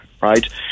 right